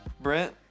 Brent